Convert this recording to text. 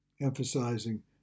emphasizing